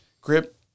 grip